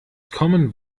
common